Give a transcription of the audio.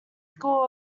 school